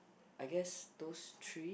I guess those three